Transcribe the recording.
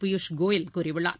பியூஷ் கோயல் கூறியுள்ளார்